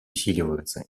усиливаются